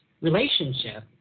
relationship